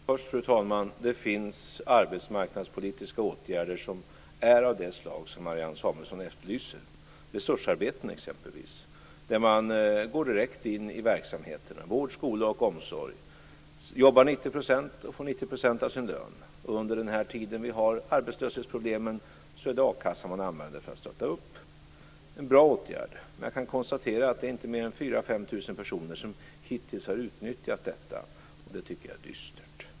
Fru talman! Det finns arbetsmarknadspolitiska åtgärder av det slag som Marianne Samuelsson efterlyser. Resursarbeten är ett exempel. Där går man direkt in i verksamheterna, vård, skola och omsorg, och jobbar 90 % och får 90 % av sin lön. Under den tid vi har arbetslöshetsproblemen används a-kassan för att stötta upp det hela. Det är en bra åtgärd, men jag kan konstatera att det inte är fler än 4 000-5 000 personer som hittills har utnyttjat detta. Det tycker jag är dystert.